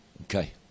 Okay